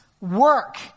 work